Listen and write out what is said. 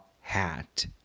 hat